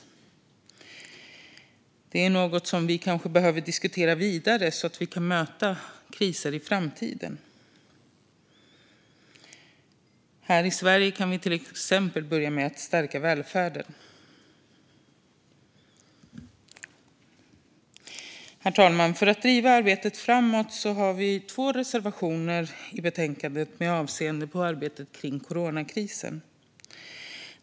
Detta är något som vi kanske behöver diskutera vidare så att vi kan möta kriser i framtiden. Här i Sverige kan vi till exempel börja med att stärka välfärden. Herr talman! För att driva arbetet framåt har vi i betänkandet två reservationer med avseende på arbetet kring coronakrisen.